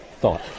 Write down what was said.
thought